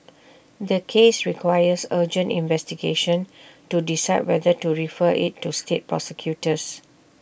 the case requires urgent investigation to decide whether to refer IT to state prosecutors